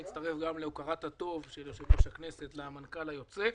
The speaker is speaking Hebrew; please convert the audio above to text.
אני רוצה להצטרף להוקרת הטוב של יושב-ראש הכנסת למנכ"ל היוצא.